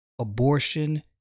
abortion